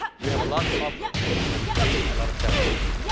we have a lot to offer but we face a lot of challenges.